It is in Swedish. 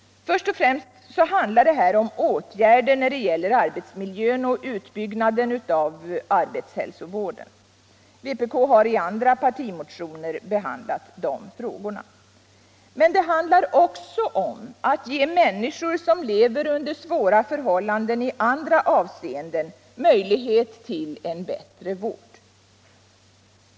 Först och främst handlar det här om åtgärder när det gäller arbetsmiljön och utbyggnaden av arbetshälsovården. Vpk har i andra partimotioner tagit upp de frågorna. Men det handlar också om att ge människor som lever under svåra förhållanden i andra avseenden möjlighet till bättre vård.